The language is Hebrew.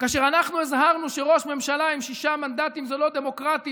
כאשר אנחנו הזהרנו שראש ממשלה עם שישה מנדטים זה לא דמוקרטי,